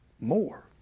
more